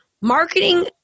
marketing